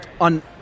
on